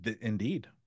Indeed